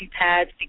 pads